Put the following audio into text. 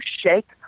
shake